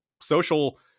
social